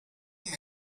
made